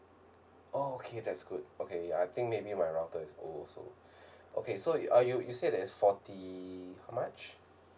oh okay that's good okay I think maybe my router is old also okay so ah you you say that is forty how much